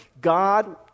God